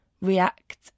react